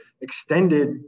extended